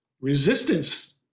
resistance